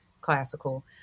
classical